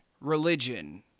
religion